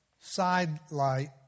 sidelight